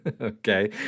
Okay